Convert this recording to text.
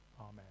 Amen